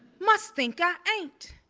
must think i ain't.